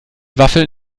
waffeln